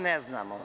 Ne znamo.